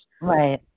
Right